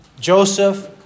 Joseph